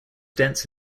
dense